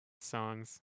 songs